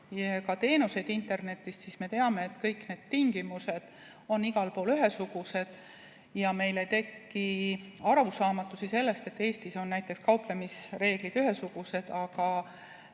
ka teenuseid internetist, siis me teame, et kõik need tingimused on igal pool ühesugused ja meil ei teki arusaamatusi sellest, et Eestis on kauplemisreeglid ühesugused, aga